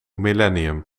millennium